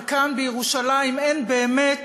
וכאן בירושלים אין באמת